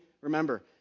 remember